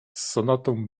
sonatą